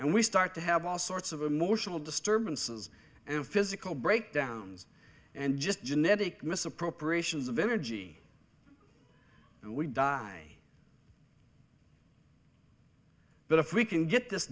and we start to have all sorts of emotional disturbances and physical breakdowns and just genetic misappropriations of energy and we die but if we can get this